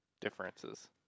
differences